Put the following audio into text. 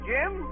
Jim